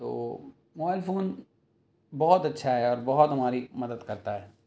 تو mobile phone بہت اچھا ہے اور بہت ہماری مدد کرتا ہے